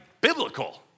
Biblical